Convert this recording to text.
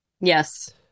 Yes